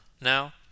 now